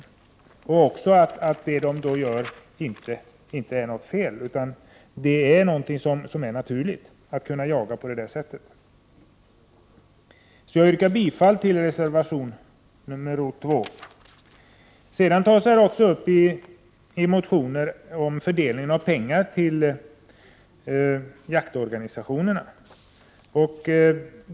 Det är också viktigt att visa att det inte är något fel att bedriva sådan jakt utan att det är någonting naturligt. Jag yrkar bifall till reservation 2. I betänkandet behandlas också motioner om fördelning av pengar till jaktorganisationerna.